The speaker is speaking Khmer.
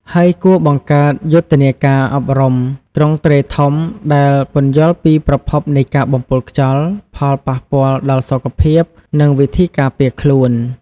ហើយគួរបង្កើតយុទ្ធនាការអប់រំទ្រង់ទ្រាយធំដែលពន្យល់ពីប្រភពនៃការបំពុលខ្យល់ ផលប៉ះពាល់ដល់សុខភាព និងវិធីការពារខ្លួន។